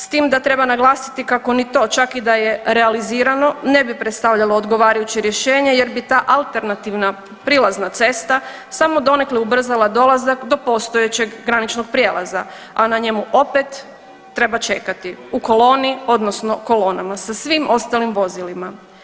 S tim da treba naglasiti kako ni to, čak i da je realizirano ne bi predstavljalo odgovarajuće rješenje jer bi ta alternativna prilazna cesta samo donekle ubrzala dolazak do postojećeg graničnog prijelaza a na njemu opet treba čekati u koloni, odnosno kolonama sa svim ostalim vozilima.